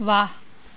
वाह